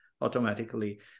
automatically